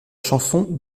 chanson